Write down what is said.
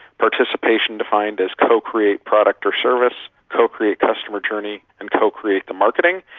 participation defined as co-create product or service, co-create customer journey and co-create the marketing,